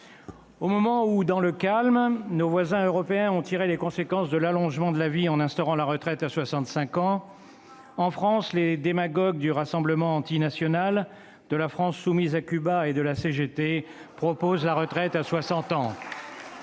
Au moment où, dans le calme, nos voisins européens ont tiré les conséquences de l'allongement de la vie en instaurant la retraite à 65 ans, en France, les démagogues du Rassemblement antinational, de la France soumise à Cuba et de la CGT proposent la retraite à 60 ans.